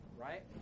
Right